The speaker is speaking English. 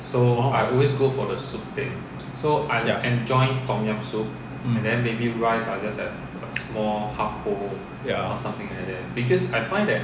orh mm ya